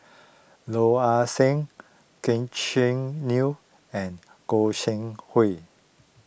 Yeo Ah Seng Gretchen new and Goi Seng Hui